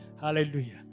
Hallelujah